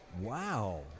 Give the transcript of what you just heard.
Wow